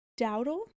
Dowdle